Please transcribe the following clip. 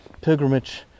pilgrimage